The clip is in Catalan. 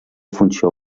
funció